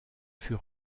fut